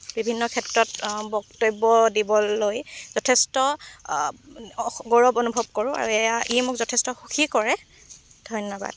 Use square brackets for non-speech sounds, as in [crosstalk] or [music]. বিভিন্ন ক্ষেত্ৰত বক্তব্য দিবলৈ যথেষ্ট [unintelligible] গৌৰৱ অনুভৱ কৰোঁ আৰু এয়া ই মোক যথেষ্ট সুখী কৰে ধন্যবাদ